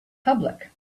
public